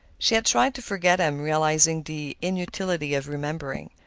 she had tried to forget him, realizing the inutility of remembering.